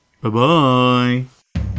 Bye-bye